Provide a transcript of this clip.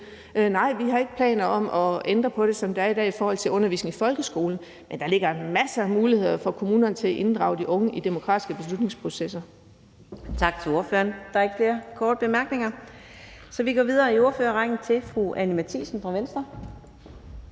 Nej, vi har ikke planer om at ændre på det, som det er i dag, i forhold til undervisningen i folkeskolen. Men der ligger altså masser af muligheder for kommunerne for at inddrage de unge i demokratiske beslutningsprocesser.